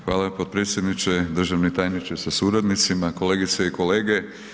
Hvala potpredsjedniče, državni tajniče sa suradnicima, kolegice i kolege.